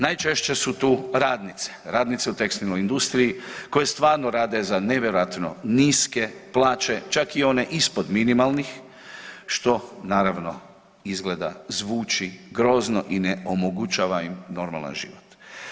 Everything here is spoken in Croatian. Najčešće su tu radnice, radnice u tekstilnoj industriji, koje stvarno rade za nevjerojatno niske plaće, čak i one ispod minimalnih, što naravno, izgleda, zvuči grozno i ne omogućava im normalan život.